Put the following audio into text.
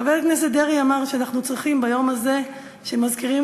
חבר הכנסת דרעי אמר שאנחנו צריכים ביום הזה שבו מזכירים